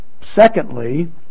Secondly